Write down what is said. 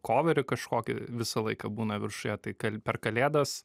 koverį kažkokį visą laiką būna viršuje tai per kalėdas